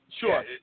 Sure